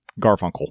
Garfunkel